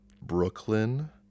Brooklyn